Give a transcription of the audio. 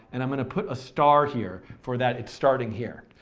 and i'm going to put a star here, for that it's starting here.